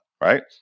right